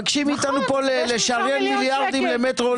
מבקשים מאתנו לשריין מיליארדים למטרו.